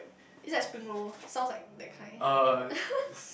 it's like spring-roll sounds like that kind